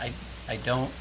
i i don't